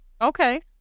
Okay